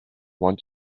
want